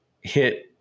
hit